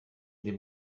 dem